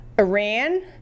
Iran